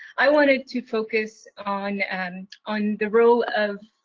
i wanted to focus on and on the role of